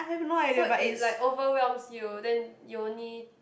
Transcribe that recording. so it like overwhelms you then you only